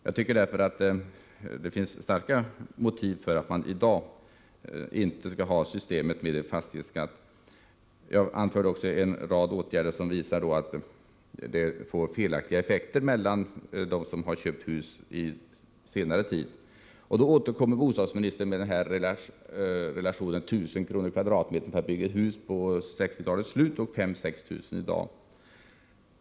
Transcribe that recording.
Jag tycker därför att det finns starka motiv för att inte i dag ta ett system med fastighetsskatt. Jag anförde en rad åtgärder som visar att det får felaktiga effekter för dem som köpt hus under senare tid. Bostadsministern återkommer med relationen 1 000 kr./m? när det gällde att bygga ett hus vid 1960-talets slut och 5 000—6 000 i dag.